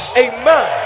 amen